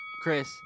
Chris